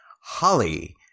Holly